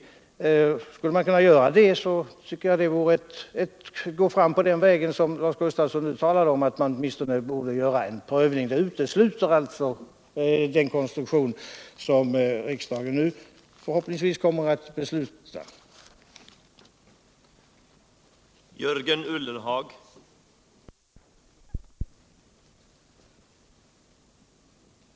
Att man går fram på den väg som Lars Gustafsson talar för och åtminstone gör ett försök utesluter inte den konstruktion som riksdagen nu förhoppningsvis kommer att besluta om.